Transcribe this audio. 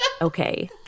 Okay